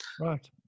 right